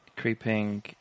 creeping